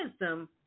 wisdom